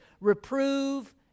Reprove